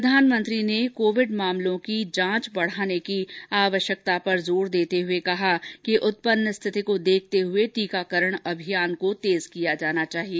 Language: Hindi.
प्रधानमंत्री ने कोविड मामलों की जांच बढ़ाने की आवश्यकता पर जोर देते हुए कहा कि उत्पन्न स्थिति कमो देखते हुए टीकाकरण अभियान तेज किया जाना चाहिए